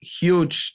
huge